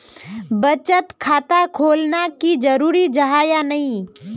बचत खाता खोलना की जरूरी जाहा या नी?